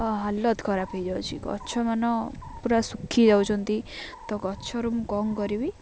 ହାଲତ ଖରାପ ହୋଇଯାଉଛିି ଗଛମାନ ପୁରା ଶୁଖି ଯାଉଚ୍ଛନ୍ତି ତ ଗଛରୁ ମୁଁ କମ୍ କରିବି